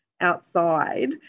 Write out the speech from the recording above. outside